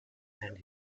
and